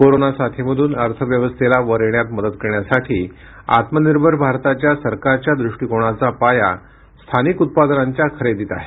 corona साथीमधून अर्थव्यवस्थेला वर येण्यात मदत करण्यासाठी आत्मनिर्भर भारताच्या सरकारच्या दृष्टिकोणाचा पाया स्थानिक उत्पादनांच्या खरेदीत आहे